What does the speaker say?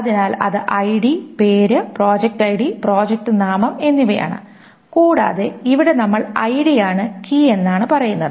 അതിനാൽ അത് ഐഡി പേര് പ്രോജക്റ്റ് ഐഡി പ്രോജക്റ്റ് നാമം എന്നിവയാണ് കൂടാതെ ഇവിടെ നമ്മൾ ഐഡിയാണ് കീ എന്നാണ് പറയുന്നത്